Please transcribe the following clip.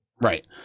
Right